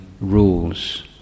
rules